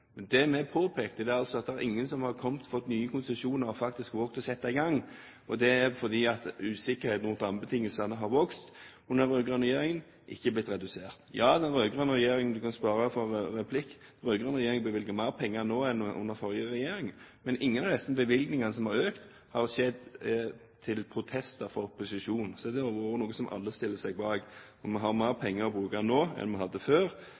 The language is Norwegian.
det vi påpekte, var at det ikke er noen som har fått nye konsesjoner og faktisk våget å sette i gang. Det er fordi usikkerheten rundt rammebetingelsene har vokst under den rød-grønne regjeringen, ikke blitt redusert. Ja, den rød-grønne regjeringen bevilger mer penger nå – ja, man kan jo be om replikk – enn under forrige regjering. Men ingen av disse økte bevilgningene har skjedd til protester fra opposisjonen, så dette har vært noe alle stiller seg bak. Vi har mer penger å bruke nå enn vi hadde før.